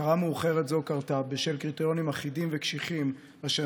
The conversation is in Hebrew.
הכרה מאוחרת זו קרתה בשל קריטריונים אחידים וקשיחים אשר